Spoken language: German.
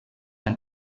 ein